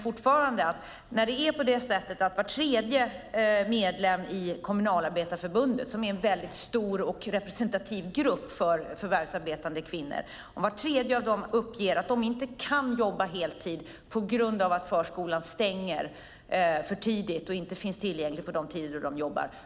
Var tredje medlem i Kommunalarbetareförbundet, som är en stor och representativ organisation för förvärvsarbetande kvinnor, uppger att de inte kan jobba heltid på grund av att förskolan stänger för tidigt och inte finns tillgänglig på de tider då de jobbar.